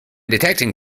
detecting